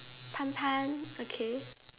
Tan-Tan okay